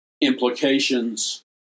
implications